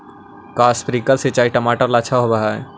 का स्प्रिंकलर सिंचाई टमाटर ला अच्छा होव हई?